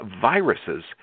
Viruses